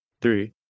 Three